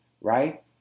Right